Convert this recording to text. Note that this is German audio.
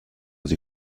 sie